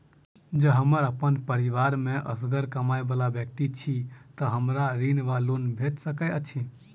जँ हम अप्पन परिवार मे असगर कमाई वला व्यक्ति छी तऽ हमरा ऋण वा लोन भेट सकैत अछि?